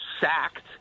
sacked